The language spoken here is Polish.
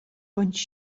bądź